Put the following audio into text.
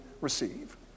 receive